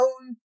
own